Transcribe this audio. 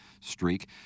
streak